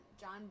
John